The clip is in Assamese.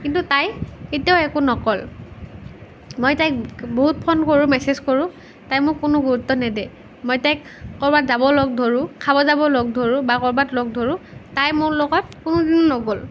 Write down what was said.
কিন্তু তাই কেতিয়াওঁ একো নকল মই তাইক বহুত ফোন কৰোঁ মেছেজ কৰোঁ তাই মোক কোনো গুৰুত্ব নেদে মই তাইক কৰোবাত যাব লগ ধৰোঁ খাব যাব লগ ধৰোঁ বা কৰবাত লগ ধৰোঁ তাই মোৰ লগত কোনো দিন নগ'ল